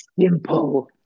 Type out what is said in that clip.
Simple